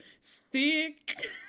sick